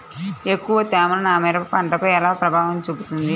ఎక్కువ తేమ నా మిరప పంటపై ఎలా ప్రభావం చూపుతుంది?